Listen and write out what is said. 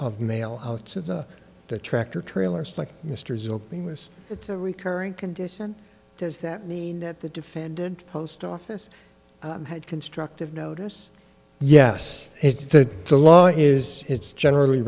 mail outs of the the tractor trailers like misters openness it's a recurring condition does that mean that the defendant post office had constructive notice yes it's the law is it's generally